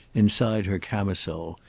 inside her camisole,